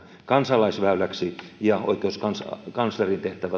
kansalaisväyläksi ja oikeuskanslerin tehtävä